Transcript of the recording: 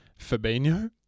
Fabinho